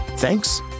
Thanks